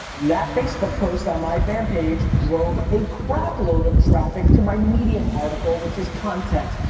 that facebook post on my fan page drove a crap load of traffic to my medium article, which is content.